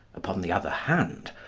upon the other hand,